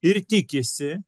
ir tikisi